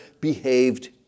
behaved